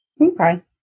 Okay